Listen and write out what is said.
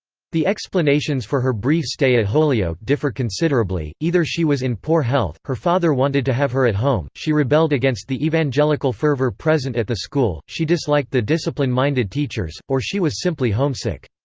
the explanations for her brief stay at holyoke differ considerably either she was in poor health, her father wanted to have her at home, she rebelled against the evangelical fervor present at the school, she disliked the discipline-minded teachers, or she was simply homesick.